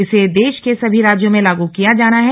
इसे देश के सभी राज्यों में लागू किया जाना है